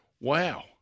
wow